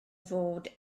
fod